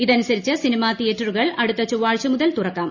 ഇതനുസരിച്ച് സിനിമാ തിയേറ്ററുകൾ അടുത്ത ചൊവ്വാഴ്ച മുതൽ തുറക്കാം